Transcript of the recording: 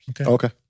Okay